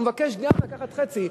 והוא מבקש גם לקחת חצי,